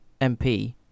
MP